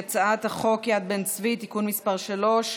ההצעה להעביר את הצעת חוק יד בן-צבי (תיקון מס' 3)